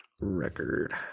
record